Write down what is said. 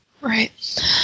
Right